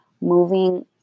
moving